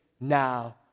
now